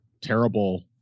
terrible